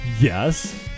Yes